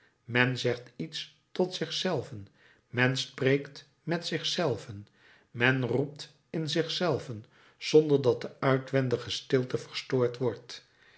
men zegt iets tot zich zelven men spreekt met zich zelven men roept in zich zelven zonder dat de uitwendige stilte verstoord wordt